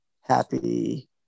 happy